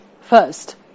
First